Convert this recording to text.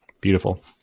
Beautiful